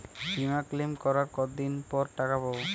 বিমা ক্লেম করার কতদিন পর টাকা পাব?